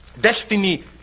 destiny